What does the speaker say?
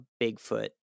Bigfoot